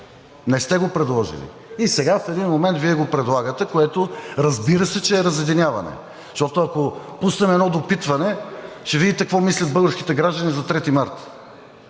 Не сте го предложили. И сега в един момент Вие го предлагате, което, разбира се, че е разединяване. Защото, ако пуснем едно допитване, ще видите какво мислят българските граждани за 3 март